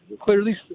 clearly